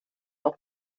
auch